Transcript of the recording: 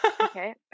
okay